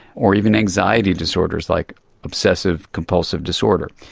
or even anxiety disorders like obsessive compulsive disorder,